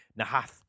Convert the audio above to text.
Nahath